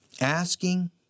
asking